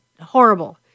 horrible